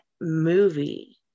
movie